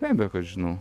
be abejo kad žinau